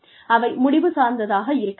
அவை முடிவு சார்ந்ததாக இருக்க வேண்டும்